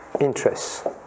Interests